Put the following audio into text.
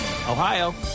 Ohio